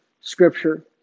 Scripture